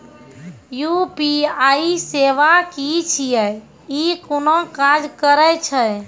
UPI सेवा की छियै? ई कूना काज करै छै?